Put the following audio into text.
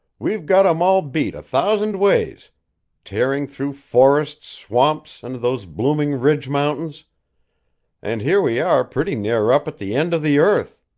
we've got em all beat a thousand ways tearing through forests, swamps and those blooming ridge-mountains and here we are pretty near up at the end of the earth.